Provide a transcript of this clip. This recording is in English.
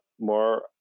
more